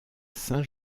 saint